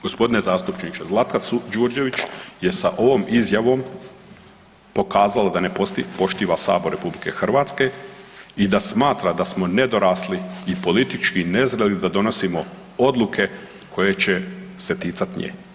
Gospodine zastupniče, Zlata Đurđević je sa ovom izjavom pokazala da ne poštiva sabor RH i da smatra da smo nedorasli i politički nezreli da donosio odluke koje će se ticati nje.